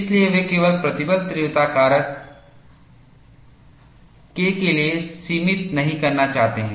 इसलिए वे केवल प्रतिबल तीव्रता कारक K लिए सीमित नहीं करना चाहते हैं